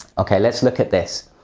okay, let's look at this.